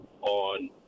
on